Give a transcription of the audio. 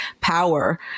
Power